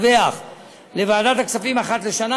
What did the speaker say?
הבורסה תדווח לוועדת הכספים אחת לשנה,